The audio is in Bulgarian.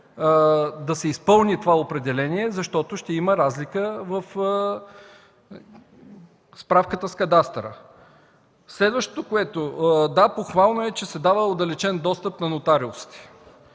да се изпълни това определение, защото ще има разлика в справката с кадастъра. Следващото. Да, похвално е, че се дава отдалечен достъп на нотариусите.